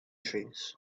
trees